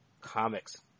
comics